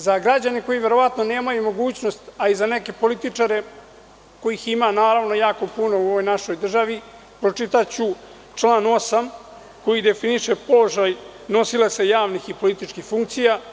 Za građane koji verovatno nemaju mogućnost, a i za neke političare kojih ima naravno jako puno u ovoj našoj državi, pročitaću član 8. koji definiše položaj nosilaca javnih i političkih funkcija.